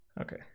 Okay